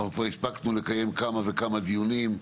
אנחנו כבר הספקנו לקיים כמה וכמה דיונים.